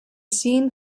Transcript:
seen